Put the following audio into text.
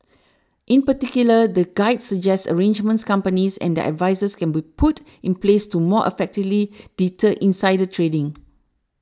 in particular the guide suggests arrangements companies and their advisers can put in place to more effectively deter insider trading